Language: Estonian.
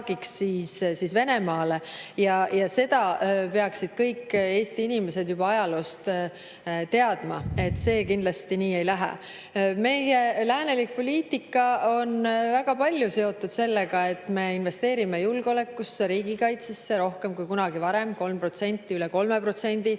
Seda peaksid kõik Eesti inimesed juba ajaloost teadma ja see kindlasti nii ei [tohi minna].Meie läänelik poliitika on väga palju seotud sellega, et me investeerime julgeolekusse, riigikaitsesse rohkem kui kunagi varem: 3%, isegi